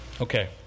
Okay